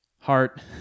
heart